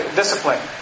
discipline